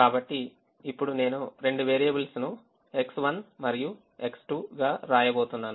కాబట్టి ఇప్పుడు నేను రెండు వేరియబుల్స్ ను X1 మరియు X2 గా వ్రాయబోతున్నాను